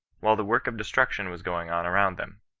while the work of destruction was going on around them.